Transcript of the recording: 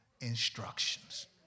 instructions